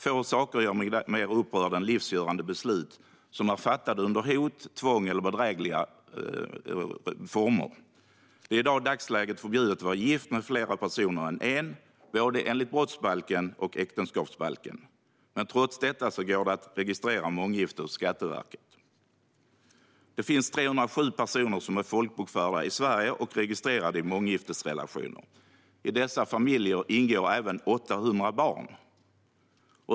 Få saker gör mig mer upprörd än livsavgörande beslut som är fattade under hot, tvång eller bedrägliga former. Det är i dagsläget förbjudet att vara gift med fler personer än en, både enligt brottsbalken och äktenskapsbalken, men trots detta går det att registrera månggifte hos Skatteverket. Det finns 307 personer som är folkbokförda i Sverige och registrerade i månggiftesrelationer. I dessa familjer ingår även 800 barn.